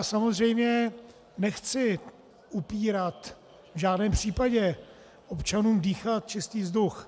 Samozřejmě nechci upírat v žádném případě občanům dýchat čistý vzduch.